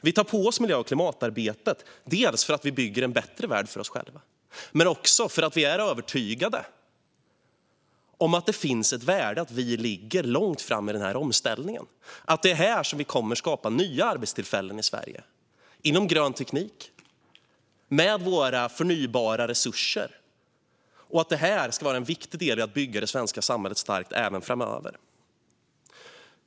Vi tar på oss miljö och klimatarbetet för att bygga en bättre värld för oss själva men också för att vi är övertygade om att det finns ett värde i att vi ligger långt fram i den omställningen. Det är här som vi kommer att skapa nya arbetstillfällen i Sverige inom grön teknik och med våra förnybara resurser, och det ska vara en viktig del i att bygga det svenska samhället starkt även framöver.